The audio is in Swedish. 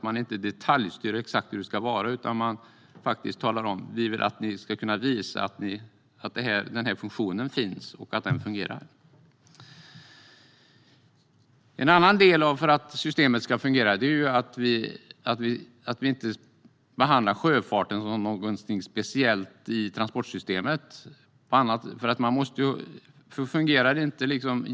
Man detaljstyr inte exakt hur det ska vara, utan man säger: Vi vill att ni ska kunna visa att denna funktion finns och fungerar. En annan del i att systemet kan fungera är att inte behandla sjöfarten som något speciellt i transportsystemet.